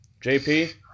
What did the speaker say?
JP